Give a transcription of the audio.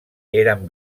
eren